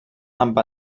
amb